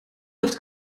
heeft